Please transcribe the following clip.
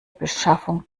beschaffung